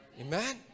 Amen